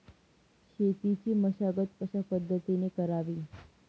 शेतीची मशागत कशापद्धतीने करावी?